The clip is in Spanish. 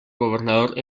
gobernador